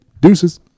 Deuces